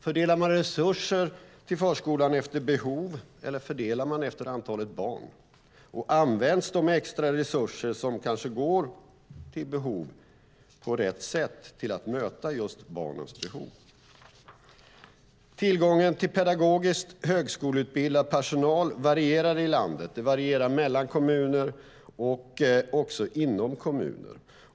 Fördelar man resurser till förskolan efter behov, eller fördelar man efter antalet barn? Används de extra resurser som kanske går till behov på rätt sätt, alltså till att just möta barnens behov? Tillgången till pedagogiskt högskoleutbildad personal varierar i landet. Den varierar mellan kommuner och även inom kommuner.